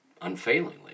unfailingly